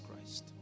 Christ